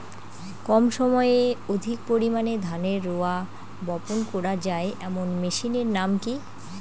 কম সময়ে অধিক পরিমাণে ধানের রোয়া বপন করা য়ায় এমন মেশিনের নাম কি?